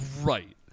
Right